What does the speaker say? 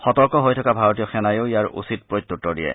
সতৰ্ক হৈ থকা ভাৰতীয় সেনায়ো ইয়াৰ উচিত প্ৰত্যুত্তৰ দিয়ে